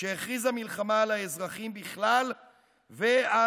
שהכריזה מלחמה על האזרחים בכלל ועל